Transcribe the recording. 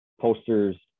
posters